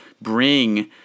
bring